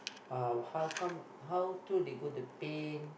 ah how come how to they go the pain